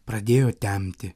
pradėjo temti